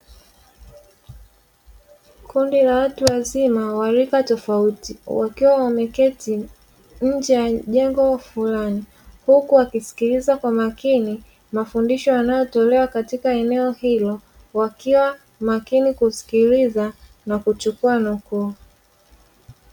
Kundi la watu wazima wa rika tofauti, wakiwa wameketi nje ya jengo fulani, huku wakisikiliza kwa makini mafundisho yanayotolewa katika eneo hilo. Wakiwa makini kusikiliza na kuchukua nukuu.